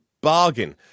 bargain